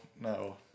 no